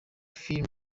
phil